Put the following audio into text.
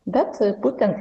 bet būtent